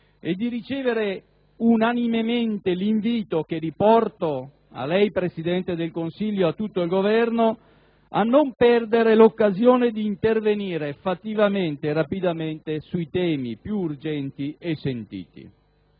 e di ricevere unanimemente l'invito, che riporto a lei, Presidente del Consiglio, e a tutto il Governo, a non perdere l'occasione di intervenire fattivamente e rapidamente sui temi più urgenti e sentiti.